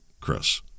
Chris